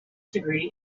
degree